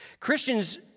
Christians